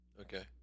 Okay